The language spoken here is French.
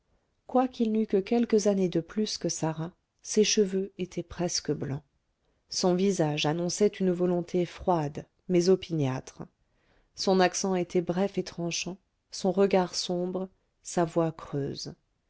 quoiqu'il n'eût que quelques années de plus que sarah ses cheveux étaient presque blancs son visage annonçait une volonté froide mais opiniâtre son accent était bref et tranchant son regard sombre sa voix creuse